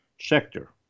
sector